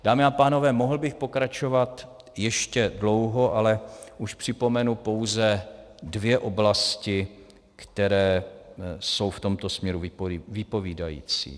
Dámy a pánové, mohl bych pokračovat ještě dlouho, ale už připomenu pouze dvě oblasti, které jsou v tomto směru vypovídající.